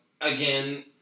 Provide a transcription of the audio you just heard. again